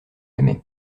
aimais